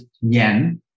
yen